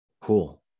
Cool